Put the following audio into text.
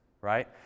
Right